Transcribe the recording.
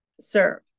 serve